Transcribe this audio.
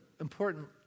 important